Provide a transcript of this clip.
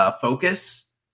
Focus